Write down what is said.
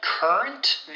Current